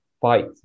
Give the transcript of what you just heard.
fight